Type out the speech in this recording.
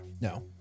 No